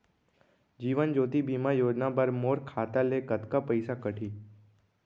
जीवन ज्योति बीमा योजना बर मोर खाता ले कतका पइसा कटही?